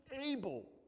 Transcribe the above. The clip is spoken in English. able